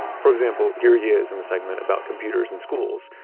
for example, here he is in a segment about computers in schools,